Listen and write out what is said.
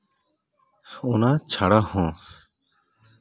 ᱚᱱᱟ ᱪᱷᱟᱲᱟ ᱦᱚᱸ